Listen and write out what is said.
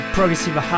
Progressive